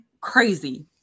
crazy